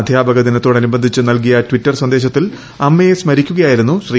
അധ്യാപക ദിനത്തോടനുബന്ധിച്ച് നല്കിയട്വിറ്റർസന്ദേശത്തിൽ അമ്മയെ സ്മരിക്കുകയായിരുന്നു ശ്രീ